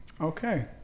Okay